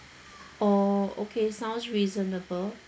orh okay sounds reasonable